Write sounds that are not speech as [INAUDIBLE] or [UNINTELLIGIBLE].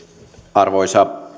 arvoisa [UNINTELLIGIBLE]